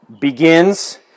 begins